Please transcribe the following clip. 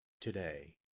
today